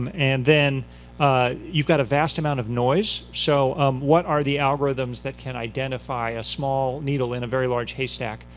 um and then you've got a vast amount of noise, so what are the algorithms that can identify a small needle in a very large haystack,